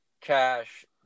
cash